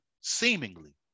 seemingly